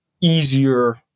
easier